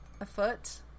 afoot